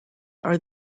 are